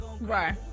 Right